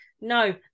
no